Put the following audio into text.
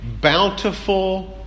bountiful